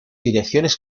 direcciones